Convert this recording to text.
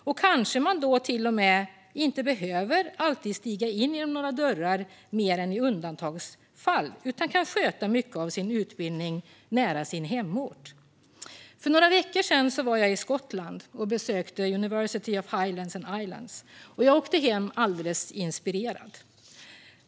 Och kanske man då inte ens behöver stiga in genom några dörrar mer än i undantagsfall utan kan sköta mycket av sin utbildning nära sin hemort. För några veckor sedan var jag i Skottland och besökte University of Highlands and Islands, och jag åkte hem alldeles inspirerad.